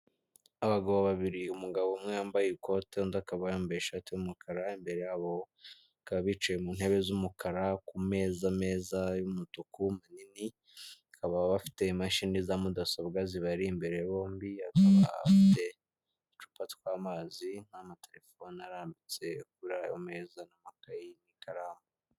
Abagabo babiri umugabo umwe yambaye ikote undi akaba yambaye ishati y'umukara, imbere yabo bicaye ku ntebe z'umukara, ku meza meza y'umutuku manini baba bafite imashini za mudasobwa zibari imbere bombi bakaba bafite uducupa tw'amazi n'amaterefone arambitse kuri ayo meza n'amakaye n'ikaramu.